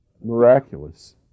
miraculous